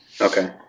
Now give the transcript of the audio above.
Okay